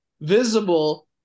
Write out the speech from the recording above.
visible